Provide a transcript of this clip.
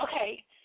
Okay